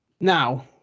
Now